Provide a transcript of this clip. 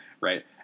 right